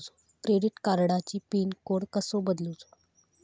Credit कार्डची pin code कसो बदलुचा?